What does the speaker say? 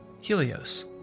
Helios